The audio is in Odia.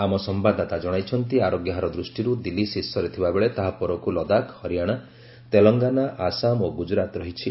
ଆମ ସମ୍ଭାଦଦାତା ଜଣାଇଛନ୍ତି ଆରୋଗ୍ୟ ହାର ଦୃଷ୍ଟିରୁ ଦିଲ୍ଲୀ ଶୀର୍ଷରେ ଥିବାବେଳେ ତାହା ପରକୁ ଲଦାଖ ହରିଆଣା ତେଲଙ୍ଗାନା ଆସାମ ଓ ଗୁଜରାତ ରହିଛି